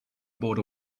bought